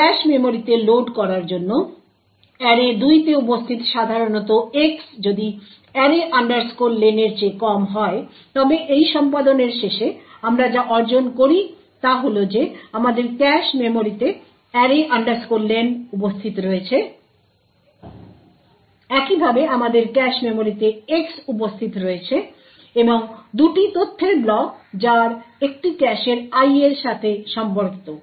cash মেমরিতে load করার জন্য অ্যারে 2 তে উপস্থিত সাধারণত X যদি array len এর চেয়ে কম হয় তবে এই সম্পাদনের শেষে আমরা যা অর্জন করি তা হল যে আমাদের ক্যাশ মেমরিতে array len উপস্থিত রয়েছে একইভাবে আমাদের ক্যাশ মেমরিতে X উপস্থিত রয়েছে এবং 2টি তথ্যের ব্লক যার একটি ক্যাশের I এর সাথে সম্পর্কিত